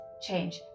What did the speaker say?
change